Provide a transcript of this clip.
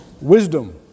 Wisdom